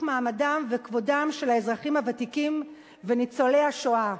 מעמדם וכבודם של האזרחים הוותיקים וניצולי השואה,